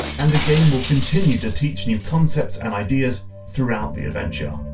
and the game will continue to teach new concepts and ideas throughout the adventure.